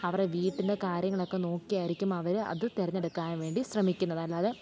അവരുടെ വീട്ടിലെ കാര്യങ്ങളൊക്കെ നോക്കി ആയിരിക്കും അവർ അത് തിരഞ്ഞെടുക്കാൻ വേണ്ടി ശ്രമിക്കുന്നത് അല്ലാതെ